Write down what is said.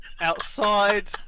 Outside